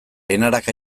enarak